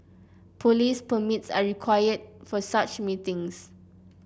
police permits are required for such meetings